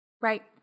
Right